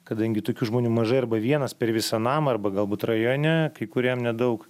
kadangi tokių žmonių mažai arba vienas per visą namą arba galbūt rajone kai kuriem nedaug